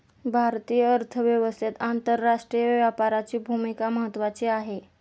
भारतीय अर्थव्यवस्थेत आंतरराष्ट्रीय व्यापाराची भूमिका महत्त्वाची आहे